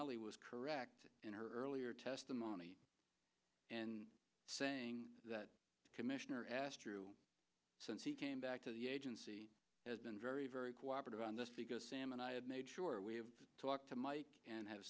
conelly was correct in her earlier testimony in saying that commissioner asked true since he came back to the agency has been very very cooperative on this because sam and i have made sure we have talked to mike and have